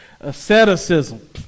Asceticism